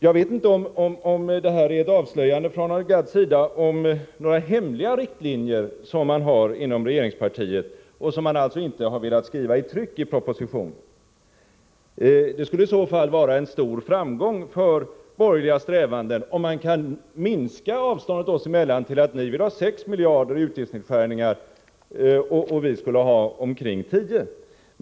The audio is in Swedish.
Jag vet inte om det här är ett avslöjande från herr Gadds sida om några hemliga riktlinjer som man har inom regeringspartiet och som man alltså inte har velat skriva i tryck i propositionen. Det skulle vara en stor framgång för borgerliga strävanden om man kan minska avståndet oss emellan till att ni vill ha 6 miljarder i utgiftsnedskärningar och vi skulle vilja ha omkring 10.